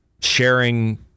sharing